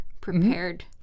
prepared